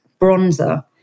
bronzer